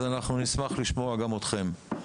אנחנו נשמח לשמוע גם אתכם.